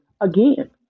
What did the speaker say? again